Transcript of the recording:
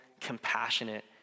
compassionate